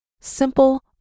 simple